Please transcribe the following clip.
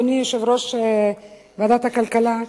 אדוני יושב-ראש ועדת הכלכלה,